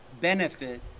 benefit